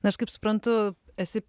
na aš kaip suprantu esi